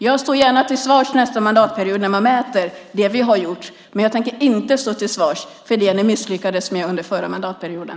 Jag står gärna till svars nästa mandatperiod när man mäter det vi har gjort, men jag tänker inte stå till svars för det ni misslyckades med under den förra mandatperioden.